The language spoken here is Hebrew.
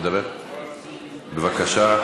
בבקשה.